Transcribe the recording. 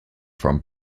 from